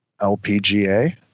LPGA